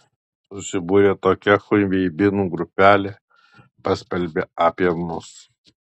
susibūrė tokia chungveibinų grupelė paskelbė apie mus